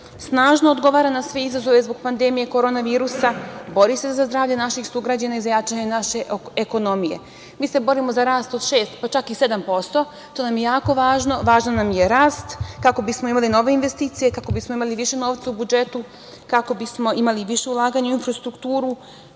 snažno odgovara na sve izazove zbog pandemije korona virusa, bori se za zdravlje naših sugrađana i za jačanje naše ekonomije. Mi se borimo za rast od šest, pa čak i sedam posto, što nam je jako važno. Važan nam je rast, kako bismo imali nove investicije, kako bismo imali više novca u budžetu, kako bismo imali više ulaganja u infrastrukturu.